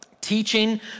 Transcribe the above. teaching